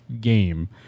game